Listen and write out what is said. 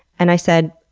and i said,